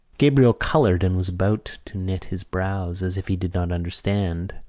gabriel coloured and was about to knit his brows, as if he did not understand,